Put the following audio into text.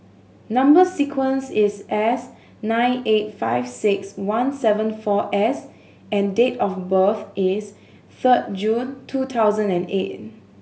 number sequence is S nine eight five six one seven four S and date of birth is third June two thousand and eight